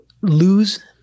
lose